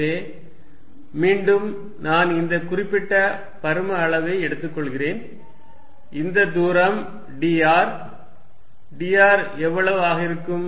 dr எனவே மீண்டும் நான் இந்த குறிப்பிட்ட பரும அளவை எடுத்துக்கொள்கிறேன் இந்த தூரம் dr dr எவ்வளவு ஆக இருக்கும்